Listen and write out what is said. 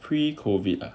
pre-COVID ah